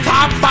Top